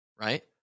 right